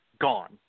gone